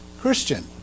Christian